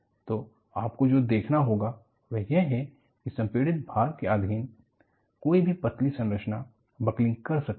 तो आपको जो देखना होगा वह यह है कि संपिडित भार के अधीन कोई भी पतली संरचना बकलिंग कर सकती है